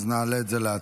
אז נעלה את זה להצבעה.